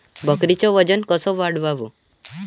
बकरीचं वजन कस वाढवाव?